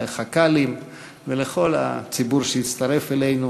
לחכ"לים ולכל הציבור שהצטרף אלינו,